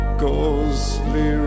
ghostly